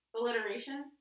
Alliteration